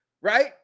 right